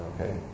okay